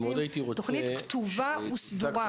תוכנית כתובה וסדורה.